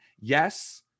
yes